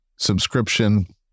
subscription